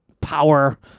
power